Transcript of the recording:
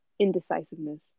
indecisiveness